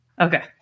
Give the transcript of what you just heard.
Okay